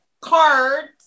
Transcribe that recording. cards